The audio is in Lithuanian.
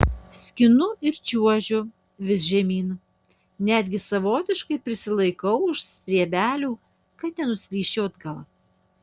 skinu ir čiuožiu vis žemyn netgi savotiškai prisilaikau už stiebelių kad nenuslysčiau atgal